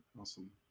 awesome